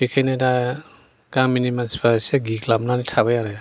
बेखायनो दा गामिनि मानसिफ्रा एसे गिग्लाबनानै थाबाय आरो